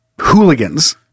hooligans